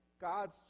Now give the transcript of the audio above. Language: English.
God's